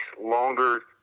longer